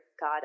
God